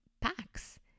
packs